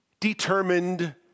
Determined